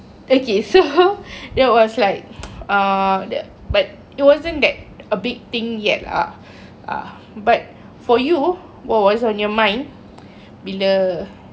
okay so that was like uh that but it wasn't a big thing yet ah ah but for you what what's on your mind bila